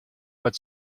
but